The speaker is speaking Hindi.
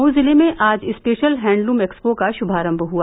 मऊ जिले में आज स्पेशल हैण्डलूम एक्सपो का शुभारम्म हुआ